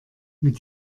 mit